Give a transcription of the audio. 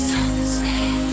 Sunset